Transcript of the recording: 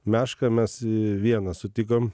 mešką mes vieną sutikom